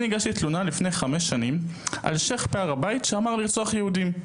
אני הגשתי תלונה לפני חמש שנים על שיח' בהר הבית שאמר לרצוח יהודים.